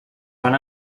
fan